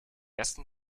ersten